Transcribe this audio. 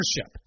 ownership